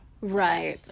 Right